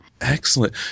Excellent